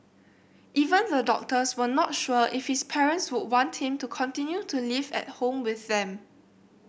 even the doctors were not sure if his parents would want him to continue to live at home with them